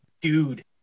dude